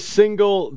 single